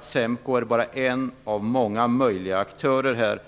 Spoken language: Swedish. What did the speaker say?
SEMKO är alltså bara en av många möjliga aktörer.